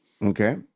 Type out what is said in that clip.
Okay